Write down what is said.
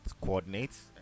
coordinates